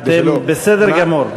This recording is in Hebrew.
אתם בסדר גמור.